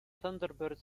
thunderbirds